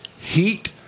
heat